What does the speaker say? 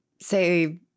say